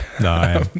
No